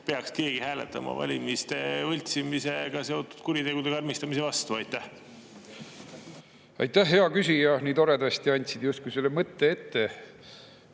peaks keegi hääletama valimiste võltsimisega seotud kuritegude karmistamise vastu. Aitäh, hea küsija! Nii toredasti andsid justkui selle mõtte ette.